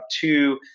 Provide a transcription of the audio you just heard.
two